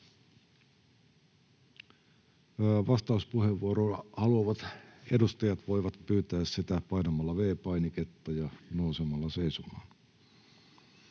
Vastauspuheenvuoroa haluavat edustajat voivat pyytää sitä painamalla v-painiketta ja nousemalla seisomaan.